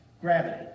gravity